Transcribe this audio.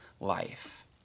life